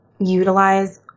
utilize